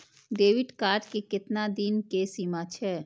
Debit card के केतना दिन के सीमा छै?